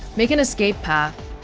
make an escape path